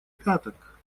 пяток